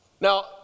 Now